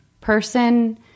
person